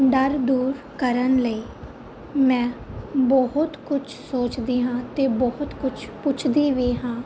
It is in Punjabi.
ਡਰ ਦੂਰ ਕਰਨ ਲਈ ਮੈਂ ਬਹੁਤ ਕੁਛ ਸੋਚਦੀ ਹਾਂ ਅਤੇ ਬਹੁਤ ਕੁਛ ਪੁੱਛਦੀ ਵੀ ਹਾਂ